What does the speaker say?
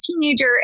teenager